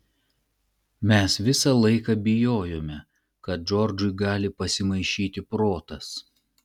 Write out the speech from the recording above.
mes visą laiką bijojome kad džordžui gali pasimaišyti protas